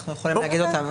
אנחנו יכולים להגיד אותם,